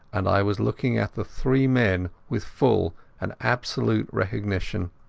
and i was looking at the three men with full and absolute recognition.